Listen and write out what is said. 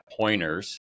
pointers